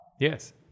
Yes